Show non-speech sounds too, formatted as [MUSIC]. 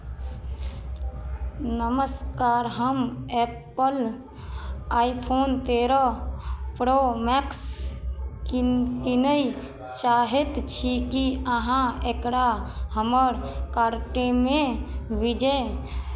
नमस्कार हम Apple iPhone तेरह प्रो मैक्स किन कीनय चाहैत छी की अहाँ एकरा हमर कार्टमे [UNINTELLIGIBLE]